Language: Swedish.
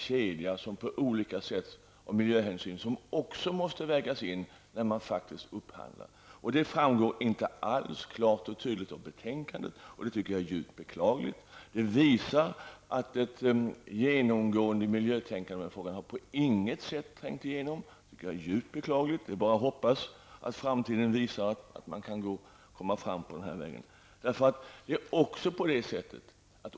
Det är en mycket lång kedja av miljöhänsyn som måste vägas in när man gör en upphandling. Det framgår inte alls klart och tydligt av betänkandet, och det tycker jag är djupt beklagligt. Det visar att ett genomgående miljötänkande på intet sätt har trängt igenom. Det är bara att hoppas att framtiden visar att man kan komma fram på denna väg.